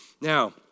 Now